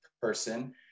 person